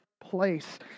place